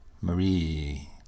Marie